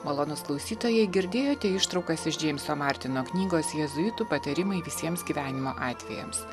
malonūs klausytojai girdėjote ištraukas iš džeimso martino knygos jėzuitų patarimai visiems gyvenimo atvejams